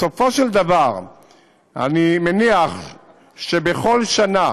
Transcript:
בסופו של דבר אני מניח שבכל שנה